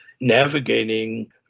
navigating